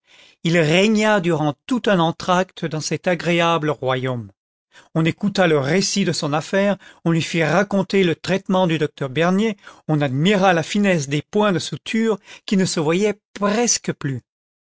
il régna durant tout un entr'acte dans cet agréable royaume on écouta le récit de son affaire on lui fit raconter le traitement du docteur bernier on admira la finesse des points de suture qui ne se voyaient presque plus